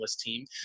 team